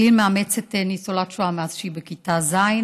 צליל מאמצת ניצולת שואה מאז שהיא בכיתה ז',